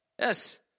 Yes